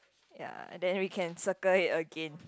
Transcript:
ya and then we can circle it again